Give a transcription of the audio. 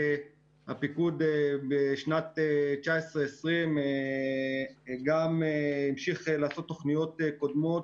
הפיקוד בשנת 2020-2019 גם המשיך לעשות תוכניות קודמות